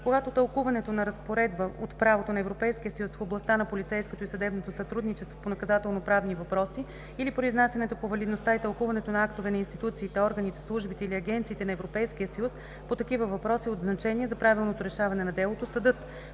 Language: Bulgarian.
Когато тълкуването на разпоредба от правото на Европейския съюз в областта на полицейското и съдебното сътрудничество по наказателноправни въпроси или произнасянето по валидността и тълкуването на актовете на институциите, органите, службите или агенциите на Европейския съюз по такива въпроси е от значение за правилното решаване на делото, съдът,